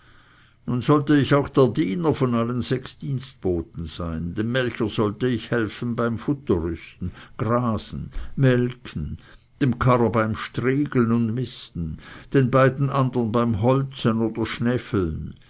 nun sollte ich auch der diener von allen sechs dienstboten sein dem melker sollte ich helfen beim futterrüsten grasen melken dem karrer beim striegeln und misten den beiden andern beim holzen oder schnefeln